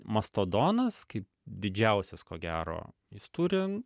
mastodonas kaip didžiausias ko gero jis turi